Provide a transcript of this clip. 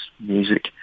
music